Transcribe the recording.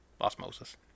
osmosis